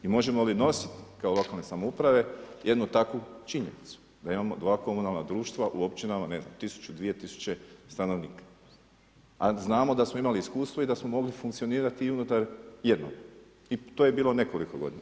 I možemo li nositi kao lokalne samouprave jednu takvu činjenicu, da imamo dva komunalna društva u općinama ne znam tisuću, 2 tisuće stanovnika a znamo da smo imali iskustvo i da smo mogli funkcionirati i unutar jednog i to je bilo nekoliko godina.